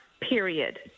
period